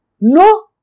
No